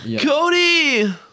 Cody